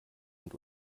und